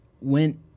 went